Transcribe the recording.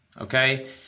okay